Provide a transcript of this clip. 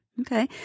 Okay